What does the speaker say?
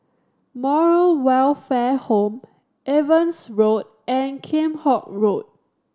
Moral Welfare Home Evans Road and Kheam Hock Road